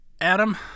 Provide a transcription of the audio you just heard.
Adam